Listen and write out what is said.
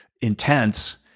intense